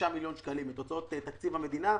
את הוצאות תקציב המדינה,